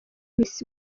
miss